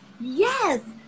Yes